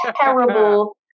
terrible